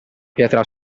pietra